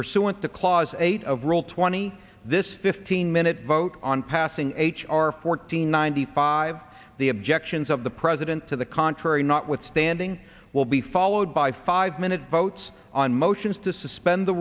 pursuant to clause eight of rule twenty this fifteen minute vote on passing h r fourteen ninety five the objections of the president to the contrary notwithstanding will be followed by five minute votes on motions to suspend the